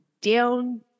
down